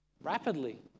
Rapidly